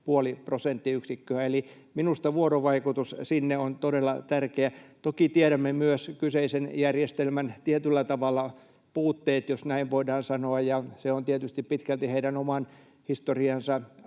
9,5 prosenttiyksikköä. Eli minusta vuorovaikutus sinne on todella tärkeä. Toki tiedämme myös kyseisen järjestelmän puutteet tietyllä tavalla — jos näin voidaan sanoa — ja se on tietysti pitkälti heidän oman historiansa